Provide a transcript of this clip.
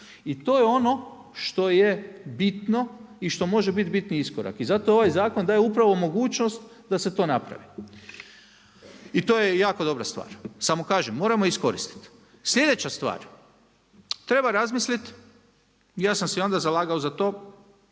I to je ono što je bitno i što može biti bitni iskorak. I zato ovaj zakon daje upravo mogućnost da se to napravi. I to je jako dobra stvar, samo kažem, moramo iskoristiti. Sljedeća stvar, treba razmisliti i ja sam se onda zalagao za to,